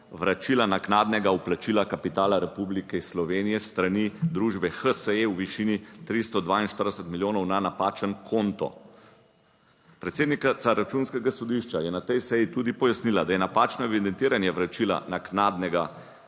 vračila naknadnega vplačila kapitala Republike Slovenije s strani družbe HSE v višini 342 milijonov na napačen konto. Predsednica Računskega sodišča je na tej seji tudi pojasnila, da je napačno evidentiranje vračila naknadnega